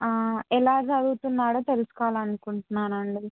ఎలా చదువుతున్నాడో తెలుసుకోవాలని అనుకుంటున్నాను అండి